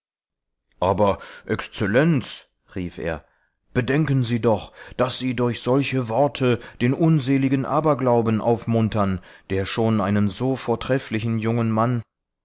aber exzellenz rief er bedenken sie doch daß sie durch solche worte den unseligen aberglauben aufmuntern der schon einen so vortrefflichen jungen mann